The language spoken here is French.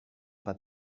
pas